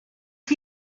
chi